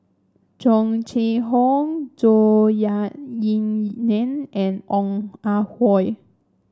Tung Chye Hong Zhou Ying Nan and Ong Ah Hoi